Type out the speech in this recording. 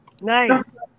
Nice